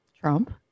Trump